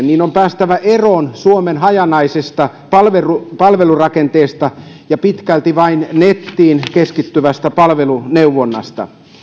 niin on päästävä eroon suomen hajanaisesta palvelurakenteesta ja pitkälti vain nettiin keskittyvästä palveluneuvonnasta